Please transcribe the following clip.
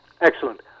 Excellent